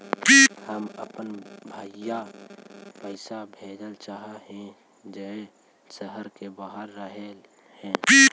हम अपन भाई पैसा भेजल चाह हीं जे शहर के बाहर रह हे